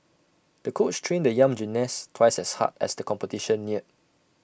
the coach trained the young gymnast twice as hard as the competition neared